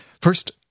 First